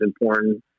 important